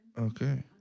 okay